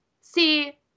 see